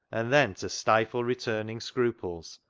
and then, to stifle returning scruples,